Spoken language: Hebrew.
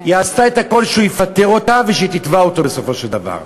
היא עשתה את הכול כדי שהוא יפטר אותה ושהיא תתבע אותו בסופו של דבר.